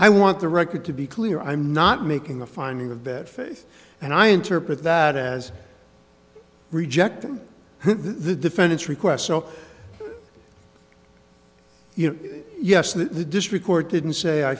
i want the record to be clear i'm not making a finding of that face and i interpret that as rejecting the defendant's request so you know yes that the district court didn't say i